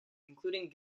including